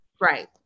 Right